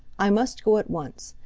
i must go at once.